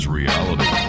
reality